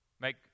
Make